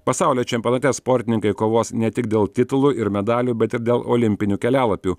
pasaulio čempionate sportininkai kovos ne tik dėl titulų ir medalių bet ir dėl olimpinių kelialapių